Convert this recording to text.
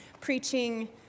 preaching